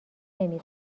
نمی